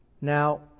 Now